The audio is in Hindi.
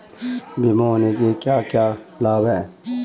बीमा होने के क्या क्या लाभ हैं?